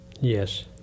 Yes